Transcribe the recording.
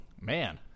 Man